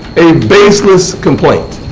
a baseless complaint.